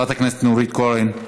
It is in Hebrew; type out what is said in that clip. חברת הכנסת נורית קורן,